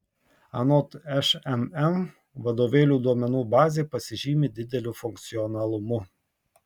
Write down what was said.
anot šmm vadovėlių duomenų bazė pasižymi dideliu funkcionalumu